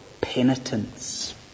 penitence